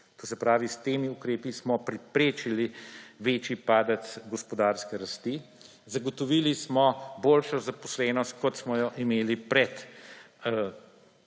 To se pravi, s temi ukrepi smo preprečili večji padec gospodarske rasti. Zagotovili smo boljšo zaposlenost, kot smo jo imeli pred